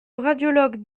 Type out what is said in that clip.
radiologue